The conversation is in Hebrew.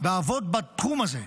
ועבוד בתחום הזה,